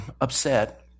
upset